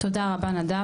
תודה רבה נדב,